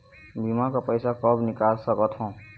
बीमा का पैसा कब निकाल सकत हो?